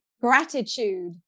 gratitude